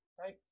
right